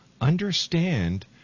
understand